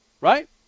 Right